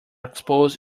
exposed